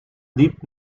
liep